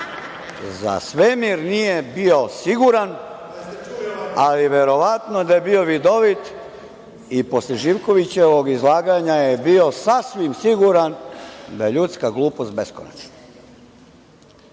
Za svemir nije bio siguran, ali verovatno da je bio vidovit i posle Živkovićevog izlaganja je bio sasvim siguran da je ljudska glupost beskonačna. Ne